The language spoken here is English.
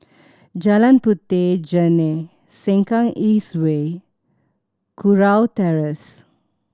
Jalan Puteh Jerneh Sengkang East Way Kurau Terrace